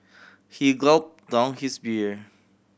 he gulp down his beer